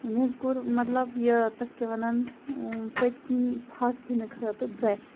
مےٚ حظ کوٚر مَطلَب یہِ تَتھ کیاہ وَنان پٔتکِنۍ پھَس دِنہٕ خٲطرٕ بریٚش